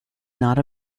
not